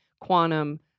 quantum